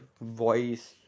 voice